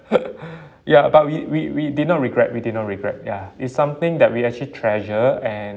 ya but we we we did not regret we did not regret ya it's something that we actually treasure and